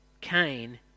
Cain